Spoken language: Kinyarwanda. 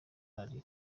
ararira